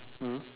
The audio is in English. mmhmm